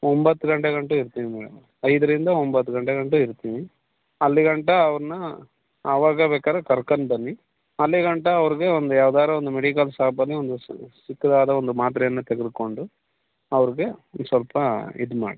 ಒಂಬತ್ತು ಗಂಟೆಗಂಟ ಇರ್ತೀವಿ ಮೇಡಮ್ ಐದರಿಂದ ಒಂಬತ್ತು ಗಂಟೆಗಂಟ ಇರ್ತೀವಿ ಅಲ್ಲಿಗಂಟ ಅವ್ರನ್ನ ಆವಾಗ ಬೇಕಾದ್ರೆ ಕರ್ಕಂಡ್ ಬನ್ನಿ ಅಲ್ಲಿಗಂಟ ಅವ್ರಿಗೆ ಒಂದು ಯಾವ್ದಾದ್ರು ಒಂದು ಮೆಡಿಕಲ್ ಶಾಪಲ್ಲಿ ಒಂದು ಸ ಚಿಕ್ಕದಾದ ಒಂದು ಮಾತ್ರೆಯನ್ನು ತೆಗೆದುಕೊಂಡು ಅವ್ರಿಗೆ ಇದು ಸ್ವಲ್ಪ ಇದು ಮಾಡಿ